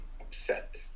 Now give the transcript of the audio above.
upset